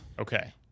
Okay